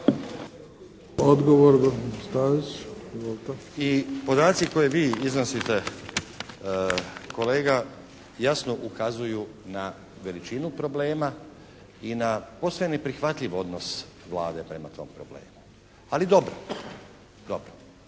Nenad (SDP)** I podaci koje vi iznosite kolega jasno ukazuju na veličinu problema i na posve neprihvatljiv odnos Vlade prema tom problemu. Ali dobro, dobro.